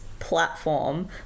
platform